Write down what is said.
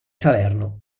salerno